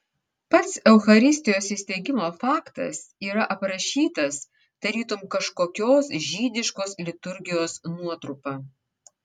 pats eucharistijos įsteigimo faktas yra aprašytas tarytum kažkokios žydiškos liturgijos nuotrupa